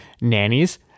nannies